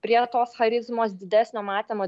prie tos charizmos didesnio matymo